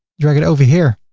drag it over here,